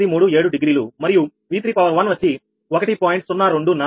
837డిగ్రీ మరియుV31 వచ్చి 1